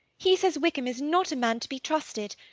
he says wickham is not a man to be trusted!